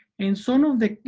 and some of the